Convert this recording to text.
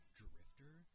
drifter